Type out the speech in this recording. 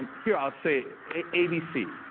here, i'll say it. abc,